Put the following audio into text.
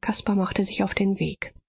caspar machte sich auf den weg